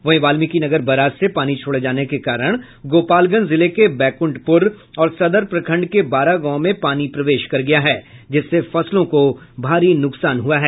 वहीं वाल्मीकिनगर बराज से पानी छोड़े जाने के कारण गोपालगंज जिले के बैंकुठपुर और सदर प्रखंड के बारह गांव में पानी प्रवेश कर गया है जिससे फसलों को भारी नुकसान हुआ है